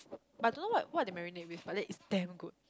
but don't know what what their marine name with but then is damn good